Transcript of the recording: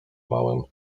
małym